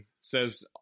says